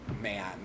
man